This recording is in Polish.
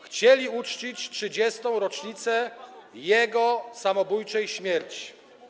Chcieli uczcić 30. rocznicę jego samobójczej śmierci.